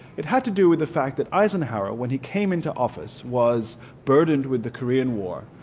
it had to do with the fact that eisenhower when he came into office was burdened with the korean war,